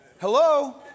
Hello